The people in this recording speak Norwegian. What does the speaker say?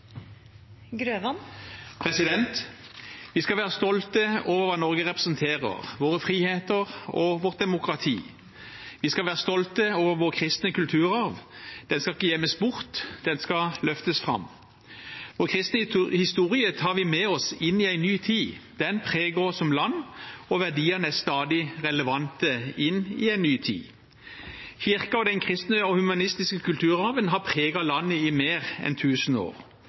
skal være stolte over at hva Norge representerer, våre friheter og vårt demokrati. Vi skal være stolte over vår kristne kulturarv, den skal ikke gjemmes bort, den skal løftes fram. Vår kristne historie tar vi med oss inn i en ny tid. Den preger oss som land, og verdiene er stadig relevante inn i en ny tid. Kirken og den kristne og humanistiske kulturarven har preget landet i mer enn 1 000 år.